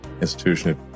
institution